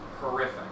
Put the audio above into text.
horrific